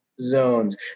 zones